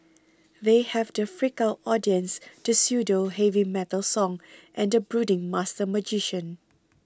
they have the freaked out audience the pseudo heavy metal song and the brooding master magician